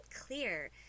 clear